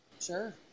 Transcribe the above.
Sure